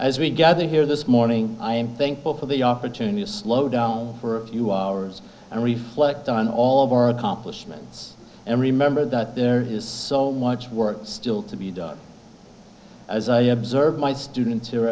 we gather here this morning i am thankful for the opportunity to slow down for a few hours and reflect on all of our accomplishments and remember that there is so much work still to be done as i observe my students